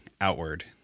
outward